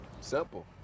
Simple